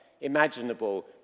imaginable